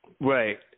Right